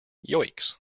yoicks